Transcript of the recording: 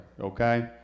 Okay